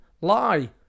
Lie